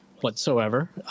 whatsoever